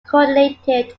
coordinated